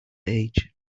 age